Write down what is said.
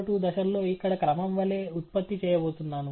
02 దశల్లో ఇక్కడ క్రమం వలె ఉత్పత్తి చేయబోతున్నాను